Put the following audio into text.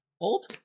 Old